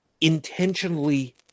intentionally